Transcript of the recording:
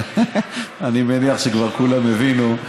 אני מניח שכבר כולם הבינו,